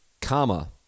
comma